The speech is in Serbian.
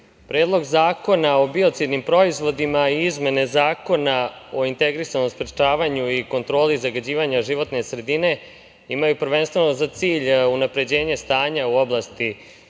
Predlog zakona o biocidnim proizvodima i izmene Zakona o integrisanom sprečavanju i kontroli zagađivanja životne sredine imaju prvenstveno za cilj unapređenje stanja u oblasti